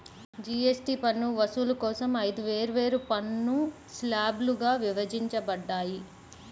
GST పన్ను వసూలు కోసం ఐదు వేర్వేరు పన్ను స్లాబ్లుగా విభజించబడ్డాయి